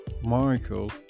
Michael